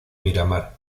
miramar